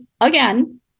again